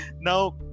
Now